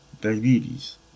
Diabetes